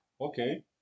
Okay